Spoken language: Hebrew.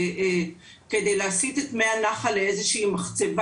כדי להסיט את מי הנחל לאיזה שהיא מחצבה.